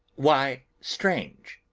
why strange?